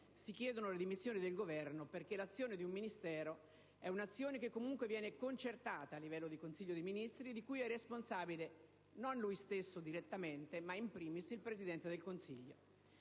si chiedono le dimissioni del Governo, perché l'azione di un Ministero è un'azione che comunque viene concertata a livello di Consiglio dei ministri e di cui è responsabile non il suo stesso titolare direttamente, ma in *primis* il Presidente del Consiglio.